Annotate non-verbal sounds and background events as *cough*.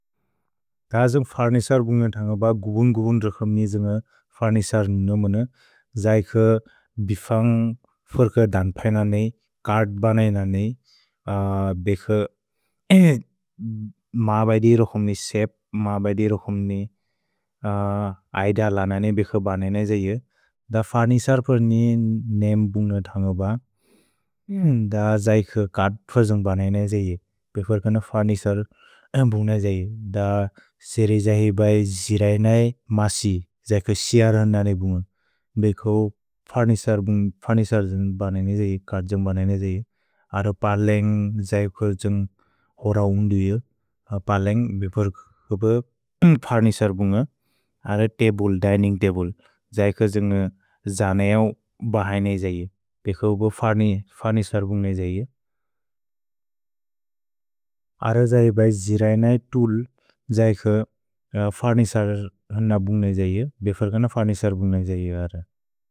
द द्जुन्ग् फर्निसर् बुन्ग्न थन्ग्ब गुगुन्-गुगुन् रुखुम्नि द्जुन्ग फर्निसर् नुमुन, जैख *hesitation* बिफन्ग् फुर्क दन्पएननेइ, कर्त् बनएननेइ, *hesitation* बेख *hesitation* मबदि रुखुम्नि सेप्, मबदि रुखुम्नि ऐद लननेइ, बेख बनएनजेइ। द फर्निसर् फुर्नि नेअम् बुन्ग्न थन्ग्ब, द जैख कर्त् फुर्जुन्ग् बनएनजेइ, बेख न फर्निसर् बुन्ग्न जै, द सेरे जाहि बै जिरैनै मसि, जैख सिअ रननेइ बुन्ग, बेख ओ फर्निसर् बुन्ग। फर्निसर् जुन्ग् बनएनजेइ, कर्त् जुन्ग् बनएनजेइ, अर पलेन्ग् जैख जुन्ग् होर उन्दुइअ, पलेन्ग् बेख न *hesitation* फर्निसर् बुन्ग, अर तब्ले, दिनिन्ग् तब्ले। द फर्निसर् फुर्जुन्ग् बनएनजेइ, बेख न फर्निसर् बुन्ग जाहि, अर जाहि बै जिरैनै तूल्, जैख फर्निसर् न बुन्ग जाहि, बेख न फर्निसर् बुन्ग जाहि अर।